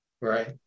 Right